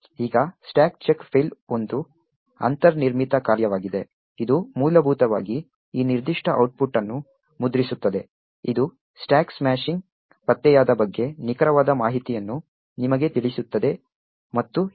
ಈಗ stack chk fail ಒಂದು ಅಂತರ್ನಿರ್ಮಿತ ಕಾರ್ಯವಾಗಿದೆ ಇದು ಮೂಲಭೂತವಾಗಿ ಈ ನಿರ್ದಿಷ್ಟ ಔಟ್ಪುಟ್ ಅನ್ನು ಮುದ್ರಿಸುತ್ತದೆ ಇದು ಸ್ಟಾಕ್ ಸ್ಮಾಶಿಂಗ್ ಪತ್ತೆಯಾದ ಬಗ್ಗೆ ನಿಖರವಾದ ಮಾಹಿತಿಯನ್ನು ನಿಮಗೆ ತಿಳಿಸುತ್ತದೆ ಮತ್ತು ಹೀಗೆ